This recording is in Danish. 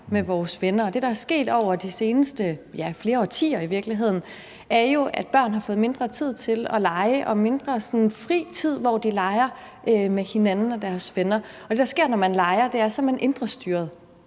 med vores venner, og det, der er sket over de seneste flere årtier, er, at børn har fået mindre tid til at lege og mindre fri tid, hvor de leger med deres venner. Og det, der sker, når man leger, er, at man er indrestyret.